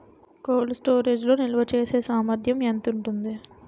Cold storage లో నిల్వచేసేసామర్థ్యం ఎంత ఉంటుంది?